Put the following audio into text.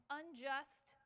unjust